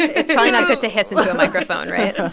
it's probably not good to hiss into a microphone, right?